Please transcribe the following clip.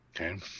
okay